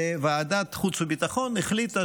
וועדת החוץ והביטחון החליטה